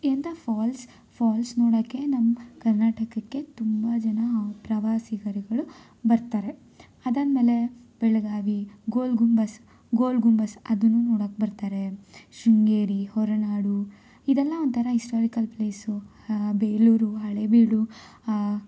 ಇಂಥ falls falls ನೋಡೋಕ್ಕೆ ನಮ್ಮ ಕರ್ನಾಟಕಕ್ಕೆ ತುಂಬ ಜನ ಪ್ರವಾಸಿಗರುಗಳು ಬರ್ತಾರೆ ಅದಾದ ಮೇಲೆ ಬೆಳಗಾವಿ ಗೋಲ್ ಗುಂಬಜ್ ಗೋಲ್ ಗುಂಬಜ್ ಅದನ್ನೂ ನೋಡಕ್ಕೆ ಬರ್ತಾರೆ ಶೃಂಗೇರಿ ಹೊರನಾಡು ಇದೆಲ್ಲ ಒಂಥರ ಹಿಸ್ಟಾರಿಕಲ್ ಪ್ಲೇಸು ಬೇಲೂರು ಹಳೆಬೀಡು